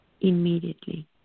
immediately